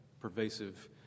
pervasive